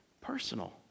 personal